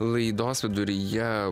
laidos viduryje